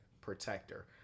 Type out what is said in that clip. protector